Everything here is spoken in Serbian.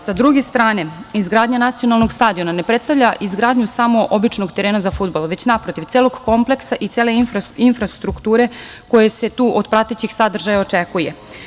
Sa druge strane, izgradnja nacionalnog stadiona ne predstavlja izgradnju samo običnog terena za fudbal, već naprotiv, celog kompleksa i cele infrastrukture koja se tu od pratećih sadržaja očekuje.